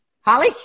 Holly